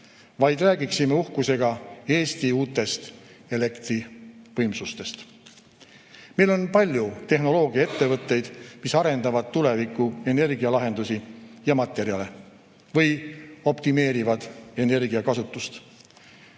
vaid räägiksime uhkusega Eesti uutest elektrivõimsustest. Meil on palju tehnoloogiaettevõtteid, mis arendavad tuleviku energialahendusi ja materjale või optimeerivad energiakasutust.